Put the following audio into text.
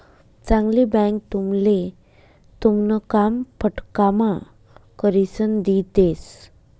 चांगली बँक तुमले तुमन काम फटकाम्हा करिसन दी देस